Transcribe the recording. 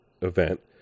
event